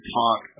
talk